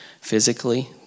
physically